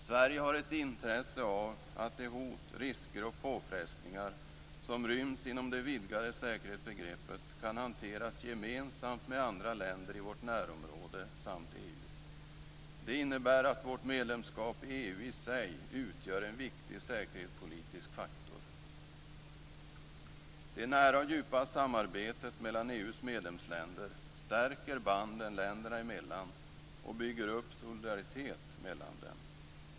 Sverige har ett intresse av att de hot, risker och påfrestningar som ryms inom det vidgade säkerhetsbegreppet kan hanteras gemensamt med andra länder i vårt närområde samt inom EU. Det innebär att vårt medlemskap i EU i sig utgör en viktig säkerhetspolitisk faktor. Det nära och djupa samarbetet mellan EU:s medlemsländer stärker banden länderna emellan och bygger upp solidaritet mellan dem.